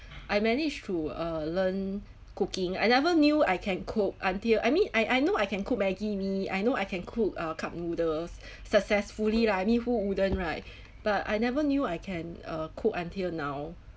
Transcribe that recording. I managed to uh learn cooking I never knew I can cook until I mean I I know I can cook maggie mee I know I can cook uh cup noodles successfully lah I mean who wouldn't right but I never knew I can uh cook until now